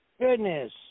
goodness